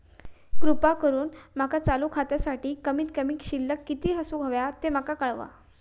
कृपा करून माका चालू खात्यासाठी कमित कमी शिल्लक किती असूक होया ते माका कळवा